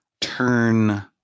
turn